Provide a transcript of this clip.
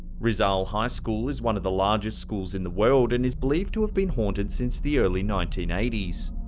rizal high school is one of the largest schools in the world, and is believed to have been haunted since the early nineteen eighty s.